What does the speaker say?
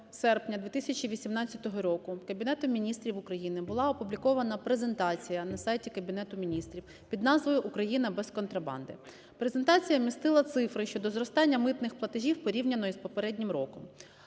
29 серпня 2018 року Кабінетом Міністрів України була опублікована презентація на сайті Кабінету Міністрів під назвою "Україна без контрабанди". Презентація містила цифри щодо зростання митних платежів порівняно із попереднім роком,